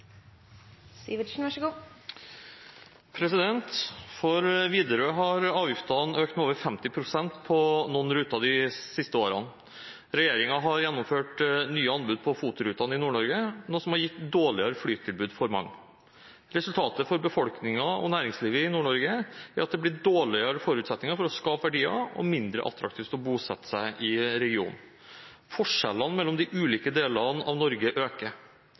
Widerøe har avgiftene økt med over 50 pst. på noen ruter de siste årene. Regjeringen har gjennomført nye anbud på FOT-rutene i Nord-Norge, noe som har gitt et dårligere flytilbud for mange. Resultatet for befolkningen og næringslivet i Nord-Norge er at det blir dårligere forutsetninger for å skape verdier og mindre attraktivt å bosette seg i regionen. Forskjellene mellom ulike deler av Norge øker.